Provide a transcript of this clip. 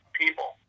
people